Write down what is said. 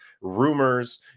rumors